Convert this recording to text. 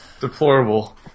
Deplorable